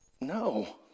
no